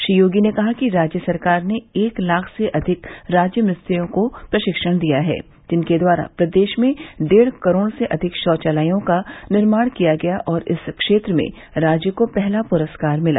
श्री योगी ने कहा कि राज्य सरकार ने एक लाख से अधिक राज मिस्त्रियों को प्रशिक्षण दिया है जिनके द्वारा प्रदेश में डेढ़ करोड़ से अधिक शौंचालयों का निर्माण किया गया और इस क्षेत्र में राज्य को पहला पुरस्कार मिला